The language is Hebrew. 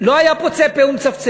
לא היה פוצה פה ומצפצף.